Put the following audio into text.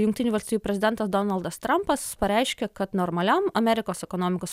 jungtinių valstijų prezidentas donaldas trampas pareiškė kad normaliam amerikos ekonomikos